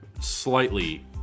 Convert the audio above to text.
slightly